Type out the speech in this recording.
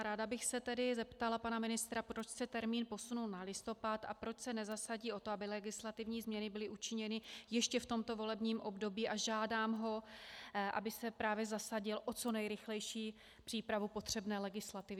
Ráda bych se tedy zeptala pana ministra, proč se termín posunul na listopad a proč se nezasadí o to, aby legislativní změny byly učiněny ještě v tomto volebním období, a žádám ho, aby se právě zasadil o co nejrychlejší přípravu potřebné legislativy.